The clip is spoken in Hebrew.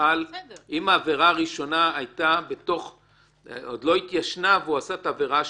אם העבירה הראשונה עוד לא התיישנה והוא עשה את העבירה השנייה,